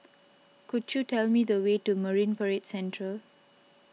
could you tell me the way to Marine Parade Central